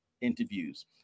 interviews